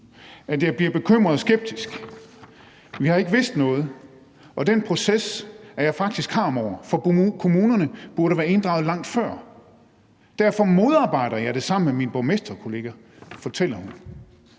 at jeg bliver bekymret, skeptisk. Vi har ikke vidst noget, og den proces er jeg faktisk harm over, for kommunerne burde have været inddraget langt før. Derfor modarbejder jeg det sammen med mine borgmesterkolleger. Det fortæller hun.